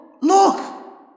look